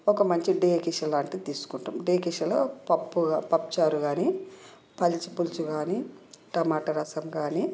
ఒక మంచి డేష్య లాంటిది తీసుకుంటుం డేష్యలో పప్పు పప్పుచారు గాని పచ్చిపులుసు కానీ టమోటా రసం కానీ